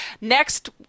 Next